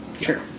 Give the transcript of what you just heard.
Sure